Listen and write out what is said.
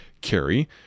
carry